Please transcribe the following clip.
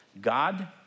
God